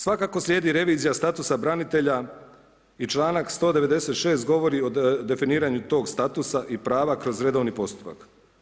Svakako slijedi revizija statusa branitelja i članak 196. govori o definiranju tog statusa i prava kroz redovni postupak.